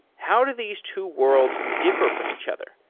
how do these two worlds differ from each other?